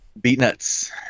BeatNuts